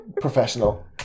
professional